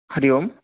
Hari Om